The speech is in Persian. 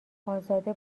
ازاده